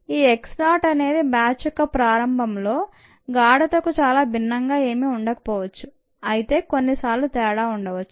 ఈ x 0 అనేది batch యొక్క ప్రారంభంలో గాఢతకు చాలా భిన్నంగా ఏమి ఉండకపోవచ్చు అయితే కొన్నిసార్లు తేడా ఉండవచ్చు